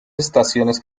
estaciones